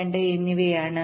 2 എന്നിവയാണ്